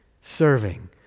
serving